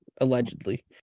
allegedly